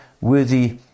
worthy